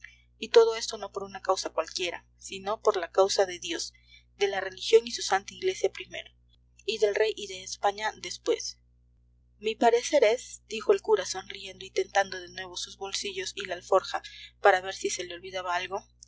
y todo esto no por una causa cualquiera sino por la causa de dios de la religión y su santa iglesia primero y del rey y de españa después mi parecer es dijo el cura sonriendo y tentando de nuevo sus bolsillos y la alforja para ver si se le olvidaba algo